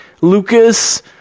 Lucas